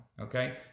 okay